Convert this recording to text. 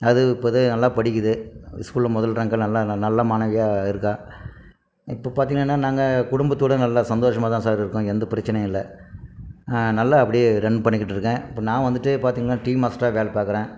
அது இப்போ தான் நல்லா படிக்குது ஸ்கூலில் முதல் ரேங்க்கு நல்லா நல்ல மாணவியாக இருக்கா இப்போ பார்த்திங்கன்னா நாங்கள் குடும்பத்தோடய நல்லா சந்தோஷமாக தான் சார் இருக்கோம் எந்த பிரச்சினையும் இல்லை நல்லா அப்படியே ரன் பண்ணிகிட்டு இருக்கேன் இப்போ நான் வந்துட்டு பார்த்திங்கன்னா டீ மாஸ்ட்ராக வேலை பார்க்குறேன்